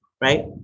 Right